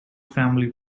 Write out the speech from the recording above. family